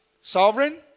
Sovereign